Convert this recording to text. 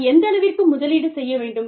நான் எந்தளவிற்கு முதலீடு செய்ய வேண்டும்